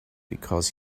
because